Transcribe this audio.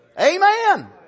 Amen